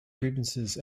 grievances